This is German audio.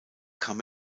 kam